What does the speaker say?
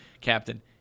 captain